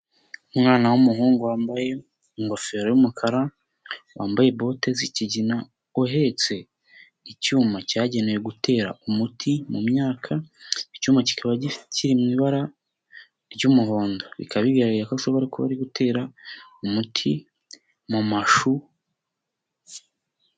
Umwana w'umuhungu wambaye ingofero y'umukara, wambaye bote zikigina, uhetse icyuma cyagenewe gutera umuti mu myaka, icyuma kikaba kiri mu ibara ry'umuhondo, bikaba bigaragara ko ashobora kuba ari gutera umuti mumashu.